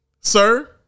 Sir